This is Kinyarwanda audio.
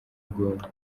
ubwoba